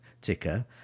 ticker